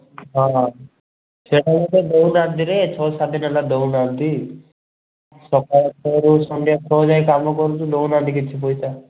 ହଁ ସେ ଦେଉନାହାନ୍ତି ରେ ଛଅ ସାତ ଦିନ ହେଲା ଦେଉନାହାନ୍ତି ସକାଳ ଛଅରୁ ସନ୍ଧ୍ୟା ଛଅ ଯାଏଁ କାମ କରୁଛୁ ଦେଉନାହାନ୍ତି କିଛି ପଇସା